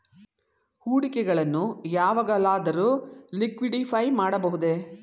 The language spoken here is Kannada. ಹೂಡಿಕೆಗಳನ್ನು ಯಾವಾಗಲಾದರೂ ಲಿಕ್ವಿಡಿಫೈ ಮಾಡಬಹುದೇ?